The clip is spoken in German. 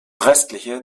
restliche